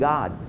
God